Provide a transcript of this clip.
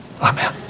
Amen